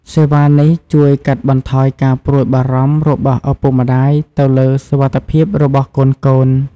សេវានេះជួយកាត់បន្ថយការព្រួយបារម្ភរបស់ឪពុកម្តាយទៅលើសុវត្ថិភាពរបស់កូនៗ។